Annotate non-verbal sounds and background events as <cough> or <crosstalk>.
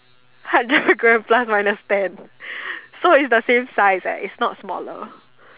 hundred <laughs> gram plus minus ten so it's the same size eh it's not smaller